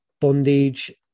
bondage